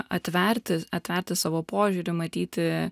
atverti atverti savo požiūrį matyti